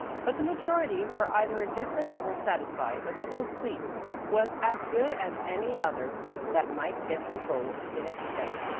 but the majority were either indifferent or satisfied that the hill clique was as good as any other that might get control in its stead.